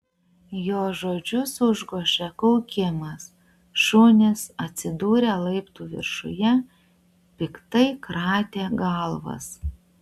jo žodžius užgožė kaukimas šunys atsidūrę laiptų viršuje piktai kratė galvas